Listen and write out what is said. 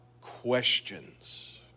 questions